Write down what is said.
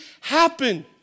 happen